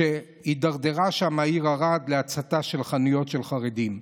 שהידרדרו שם בעיר ערד להצתה של חנויות של חרדים.